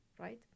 Right